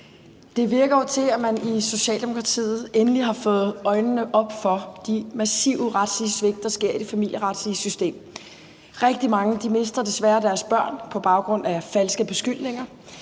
Det virker jo til, at man i Socialdemokratiet endelig har fået øjnene op for de massive retlige svigt, der sker i det familieretlige system. Rigtig mange mister desværre deres børn på baggrund af falske beskyldninger,